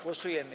Głosujemy.